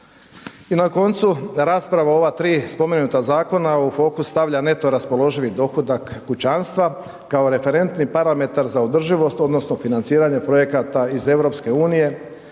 I na koncu, rasprava o ova tri spomenuta zakona, u fokus stavlja neto raspoloživi dohodak kućanstva kao referentni parametar za održivost odnosno financiranje projekata iz EU-a.